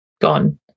gone